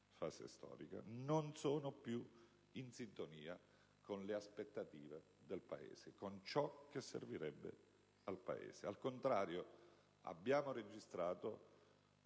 fase storica - non sono più in sintonia con le aspettative del Paese, con ciò che servirebbe al Paese. Al contrario, abbiamo registrato